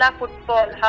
football